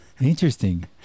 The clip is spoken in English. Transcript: Interesting